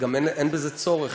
גם אין בזה צורך,